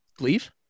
leave